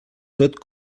tot